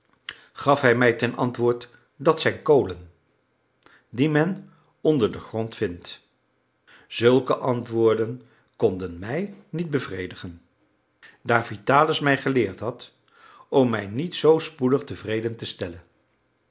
gaf hij mij ten antwoord dat zijn kolen die men onder den grond vindt zulke antwoorden konden mij niet bevredigen daar vitalis mij geleerd had om mij niet zoo spoedig tevreden te stellen